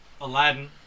Aladdin